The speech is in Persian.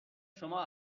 شما